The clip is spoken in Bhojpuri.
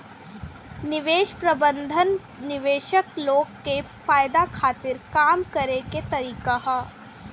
निवेश प्रबंधन निवेशक लोग के फायदा खातिर काम करे के तरीका ह